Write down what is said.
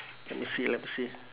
let me see let me see